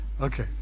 Okay